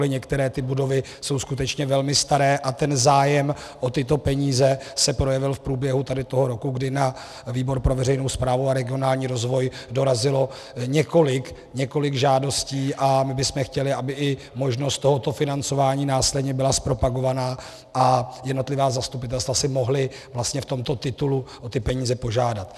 Některé ty budovy jsou skutečně velmi staré a zájem o tyto peníze se projevil v průběhu tady toho roku, kdy na výbor pro veřejnou správu a regionální rozvoj dorazilo několik žádostí, a my bychom chtěli, aby i možnost tohoto financování následně byla zpropagovaná a jednotlivá zastupitelstva si mohla vlastně v tomto titulu o ty peníze požádat.